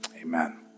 amen